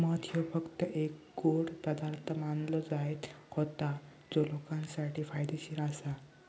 मध ह्यो फक्त एक गोड पदार्थ मानलो जायत होतो जो लोकांसाठी फायदेशीर आसा